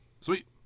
Sweet